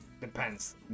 depends